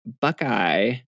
Buckeye